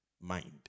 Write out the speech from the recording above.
mind